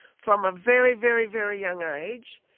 from a very, very, very young age,